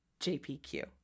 JPQ